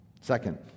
Second